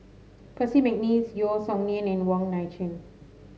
Percy McNeice Yeo Song Nian and Wong Nai Chin